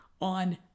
On